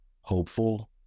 hopeful